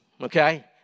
okay